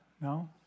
No